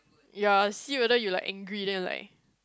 ya see whether you like angry then like